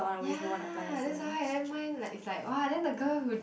ya that's why then mine is like !wah! then the girl who